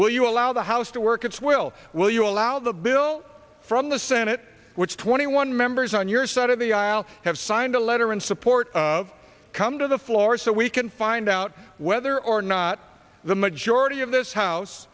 will you allow the house to work its will will you allow the bill from the senate which twenty one members on your side of the aisle have signed a letter in support of come to the floor so we can find out whether or not the majority of this house